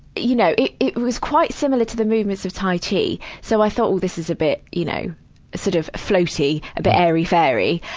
you know it, it was quite similar to the movements of tai chi. so i thought, well this is a bit, you, know sort of floaty a bit airy-fairy.